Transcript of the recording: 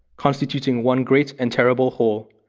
constituting one great and terrible whole,